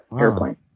airplane